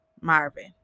Marvin